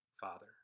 Father